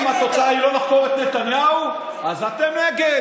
אם התוצאה היא לא לחקור את נתניהו אז אתם נגד,